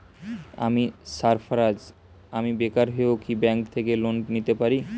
আমি সার্ফারাজ, আমি বেকার হয়েও কি ব্যঙ্ক থেকে লোন নিতে পারি?